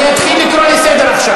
אני אתחיל לקרוא לסדר עכשיו.